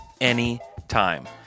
anytime